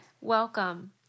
welcome